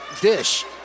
dish